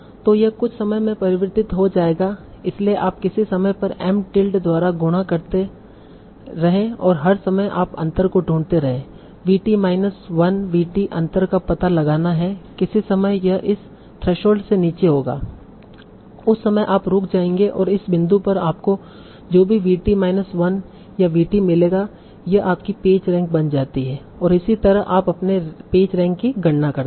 तो यह कुछ समय में परिवर्तित हो जाएगा इसलिए आप किसी समय पर M टिल्ड द्वारा गुणा करते रहें और हर समय आप अंतर को ढूंढते रहें v t minus 1 v t अंतर का पता लगाना है किसी समय यह इस थ्रेशोल्ड से नीचे होगा उस समय आप रुक जाएंगे और इस बिंदु पर आपको जो भी v t माइनस 1 या v t मिलेगा यह आपकी पेज रैंक बन जाती है और इसी तरह आप अपने पेज रैंक की गणना करते हैं